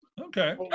Okay